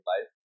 life